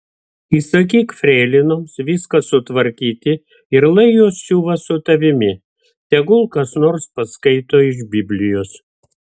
įsakyk freilinoms viską sutvarkyti ir lai jos siuva su tavimi tegul kas nors paskaito iš biblijos